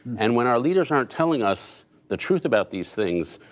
and when our leaders aren't telling us the truth about these things,